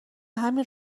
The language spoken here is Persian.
همین